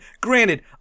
granted